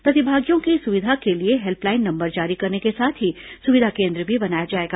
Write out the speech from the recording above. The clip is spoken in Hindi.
प्रतिभागियों की सुविधा के लिए हेल्पलाइन नंबर जारी करने के साथ ही सुविधा केन्द्र भी बनाया जाएगा